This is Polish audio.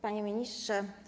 Panie Ministrze!